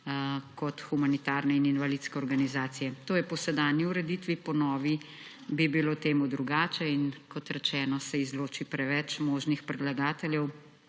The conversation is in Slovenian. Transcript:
kot humanitarne in invalidske organizacije. To je po sedanji ureditvi, po novi bi bilo temu drugače. In kot rečeno, se izloči preveč možnih predlagateljev,